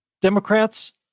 Democrats